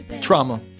Trauma